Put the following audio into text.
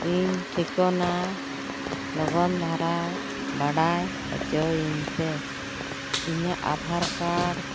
ᱤᱧ ᱴᱷᱤᱠᱟᱹᱱᱟ ᱞᱚᱜᱚᱱ ᱫᱷᱟᱨᱟ ᱵᱟᱰᱟᱭ ᱚᱪᱚ ᱤᱧ ᱯᱮ ᱤᱧᱟᱹᱜ ᱟᱫᱷᱟᱨ ᱠᱟᱨᱰ